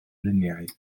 luniau